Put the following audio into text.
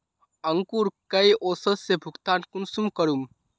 अंकूर कई औसत से भुगतान कुंसम करूम?